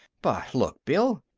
but look, bill.